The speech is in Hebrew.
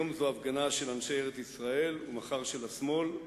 היום זו הפגנה של אנשי ארץ-ישראל ומחר של השמאל,